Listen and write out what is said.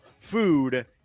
food